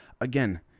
Again